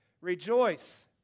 rejoice